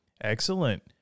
Excellent